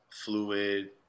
Fluid